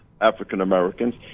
African-Americans